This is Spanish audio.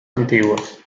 antiguas